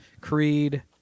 Creed